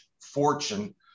fortune